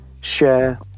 share